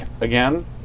again